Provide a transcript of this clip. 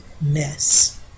mess